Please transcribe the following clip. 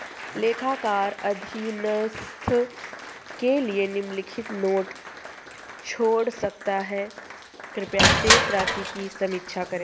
लेखाकार अधीनस्थ के लिए निम्नलिखित नोट छोड़ सकता है कृपया शेष राशि की समीक्षा करें